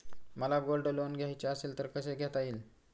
मला gold loan घ्यायचे असेल तर कसे घेता येईल?